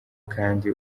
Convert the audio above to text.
kandi